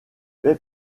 fait